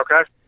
Okay